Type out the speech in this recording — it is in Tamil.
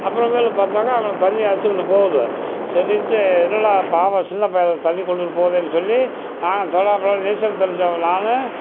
அப்புறமேலு பார்த்தாக்கா அவனை தண்ணி அடிச்சுக்கிட்டு போகுது சரின்ட்டு என்னடா பாவம் சின்ன பயலை தண்ணி கொண்டுகிட்டு போகுதேன்னு சொல்லி நான் நீச்சல் தெரிஞ்சவன் நான்